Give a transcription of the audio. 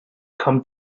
come